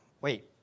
Wait